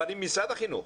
אבל אם משרד החינוך,